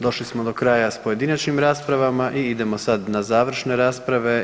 Došli smo do kraja s pojedinačnim raspravama i idemo sad na završne rasprave.